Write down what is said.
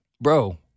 bro